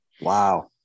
Wow